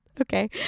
Okay